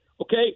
Okay